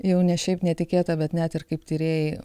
jau ne šiaip netikėta bet net ir kaip tyrėjai